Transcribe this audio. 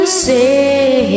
say